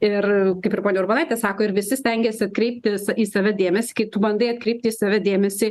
ir kaip ir ponia urbonaitė sako ir visi stengiasi kreiptis į save dėmesį kai tu bandai atkreipti į save dėmesį